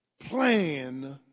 plan